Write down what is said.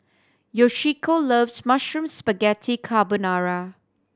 Yoshiko loves Mushroom Spaghetti Carbonara